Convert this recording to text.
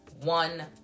one